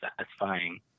satisfying